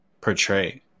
portray